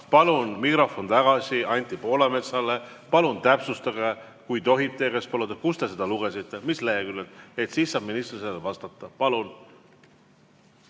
Palun mikrofon tagasi Anti Poolametsale. Palun täpsustage, kui tohib paluda, kust te seda lugesite, mis leheküljelt, siis saab minister sellele vastata. Palun